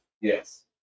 Yes